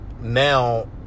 now